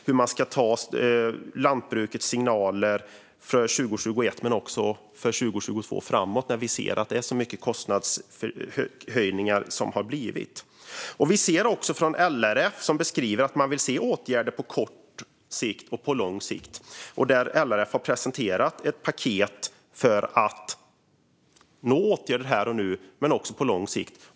Hur ska man se på lantbrukets signaler för 2021 men också framåt för 2022 när vi ser att det har blivit så mycket kostnadshöjningar? LRF beskriver att man vill se åtgärder på kort sikt och på lång sikt. LRF har presenterat ett paket med åtgärder här och nu men också på lång sikt.